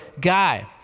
guy